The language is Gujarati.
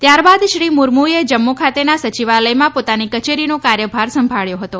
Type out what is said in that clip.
ત્યારબાદ શ્રી મુર્મુએ જમ્મુ ખાતેના સચિવાલયમાં પોતાની કચેરીનો કાર્યભાર સંભાળ્યો હતો